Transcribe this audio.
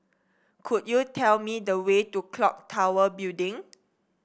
could you tell me the way to clock Tower Building